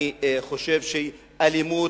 אני חושב שאלימות,